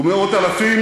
ומאות אלפים?